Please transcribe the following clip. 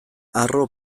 harro